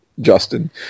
Justin